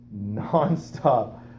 nonstop